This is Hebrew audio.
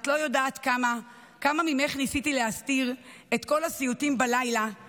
את לא יודעת כמה / ממך ניסיתי להסתיר / את כל הסיוטים בלילה /